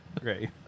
Great